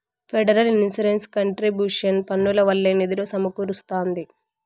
federal insurance contribution పన్నుల వల్లే నిధులు సమకూరస్తాంది